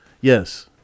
Yes